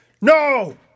No